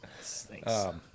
Thanks